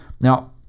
Now